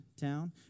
town